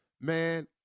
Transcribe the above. Man